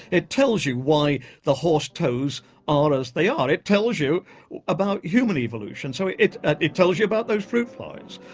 it tells you why the horse toes are as they are, it tells you about human evolution. so it it ah tells you about those fruit flies.